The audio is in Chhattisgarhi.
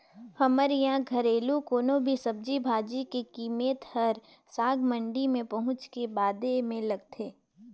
हमर इहां घरेलु कोनो भी सब्जी भाजी के कीमेत हर साग मंडी में पहुंचे के बादे में लगथे